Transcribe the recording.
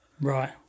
Right